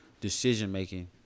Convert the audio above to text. decision-making